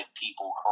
people